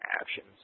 actions